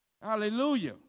Hallelujah